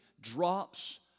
drops